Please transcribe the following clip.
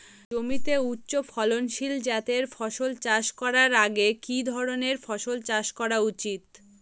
জমিতে উচ্চফলনশীল জাতের ফসল চাষ করার আগে কি ধরণের ফসল চাষ করা উচিৎ?